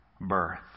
birth